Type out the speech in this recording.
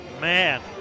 Man